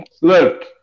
Look